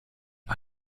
mit